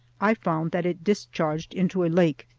i found that it discharged into a lake,